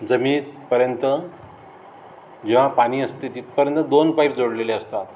जमिनीतपर्यंत जेव्हा पाणी असते तिथपर्यंत दोन पाईप जोडलेले असतात